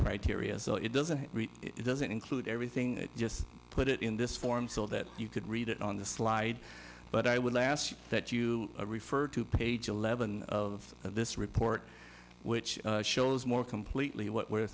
criteria so it doesn't it doesn't include everything just put it in this form so that you could read it on the slide but i would last that you refer to page eleven of this report which shows more completely what we're